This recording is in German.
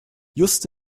just